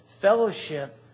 Fellowship